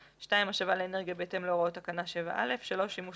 7. השבה לאנרגיה בהתאם להוראות תקנה 7א. שימוש